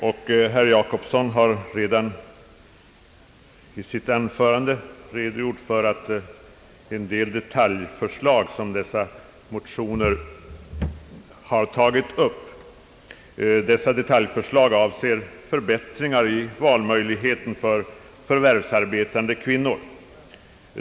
Herr Gösta Jacobsson har redan i sitt anförande meddelat att en del detaljförslag, som dessa motioner tar upp, avser förbättringar i valmöjligheten för förvärvsarbetande kvinnor.